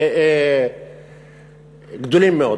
גדולים מאוד.